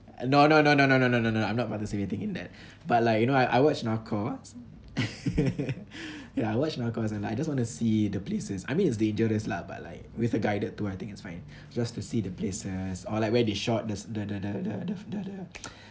no no no no no no no no I'm not participating in that but like you know I I watch narcos ya I watch narcos and I just want to see the places I mean it's dangerous lah but like with a guided tour I think it's fine just to see the places or like where they shot the the the the the the the